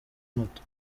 moto